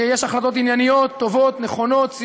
יש החלטות ענייניות, טובות, נכונות, ציוניות,